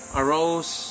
arose